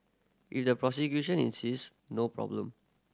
if the prosecution insists no problem